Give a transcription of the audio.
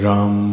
Ram